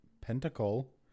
pentacle